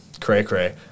cray-cray